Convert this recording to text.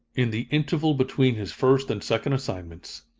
in the interval between his first and second assignments,